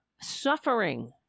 suffering